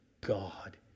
God